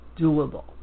doable